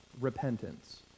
repentance